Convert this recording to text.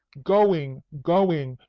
going, going!